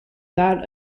that